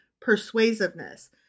persuasiveness